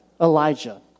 Elijah